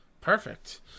Perfect